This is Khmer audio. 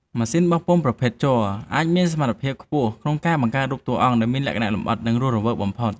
ម៉ាស៊ីនបោះពុម្ពប្រភេទជ័រអាចមានសមត្ថភាពខ្ពស់ក្នុងការបង្កើតរូបតួអង្គដែលមានលក្ខណៈលម្អិត និង រស់រវើកបំផុត។